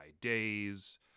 days